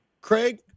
Craig